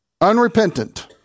Unrepentant